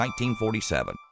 1947